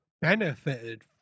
benefited